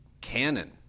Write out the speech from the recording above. canon